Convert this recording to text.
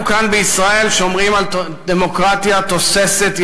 אנו כאן בישראל שומרים על דמוקרטיה תוססת,